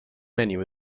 menu